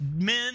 men